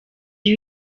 iyo